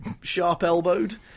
sharp-elbowed